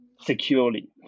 securely